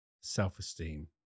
self-esteem